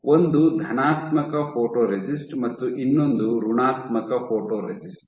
ಒಂದು ಧನಾತ್ಮಕ ಫೋಟೊರೆಸಿಸ್ಟ್ ಮತ್ತು ಇನ್ನೊಂದು ಋಣಾತ್ಮಕ ಫೋಟೊರೆಸಿಸ್ಟ್